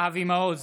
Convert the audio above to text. אבי מעוז,